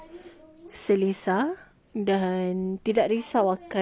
selesa dan tidak risau akan